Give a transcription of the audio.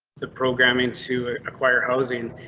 the programming to acquire housing.